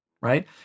right